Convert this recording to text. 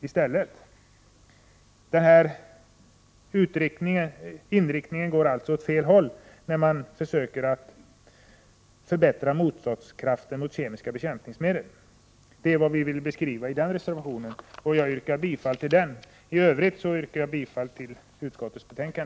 Det är en felaktig inriktning att försöka förbättra motståndskraften mot kemiska bekämpningsmedel — det är vad vi vill beskriva i den reservationen. Jag yrkar bifall till reservation 1. I övrigt yrkar jag bifall till utskottets hemställan.